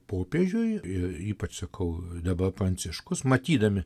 popiežiui ir ypač sakau dabar pranciškus matydami